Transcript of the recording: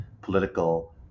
political